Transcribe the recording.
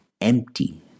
empty